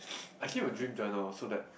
I keep a dream journal so that